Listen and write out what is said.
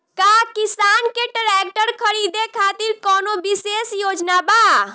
का किसान के ट्रैक्टर खरीदें खातिर कउनों विशेष योजना बा?